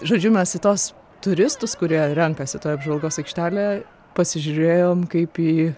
žodžiu mes į tuos turistus kurie renkasi toj apžvalgos aikštelė pasižiūrėjom kaip į